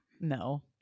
no